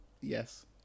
yes